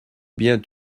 bien